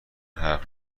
حرف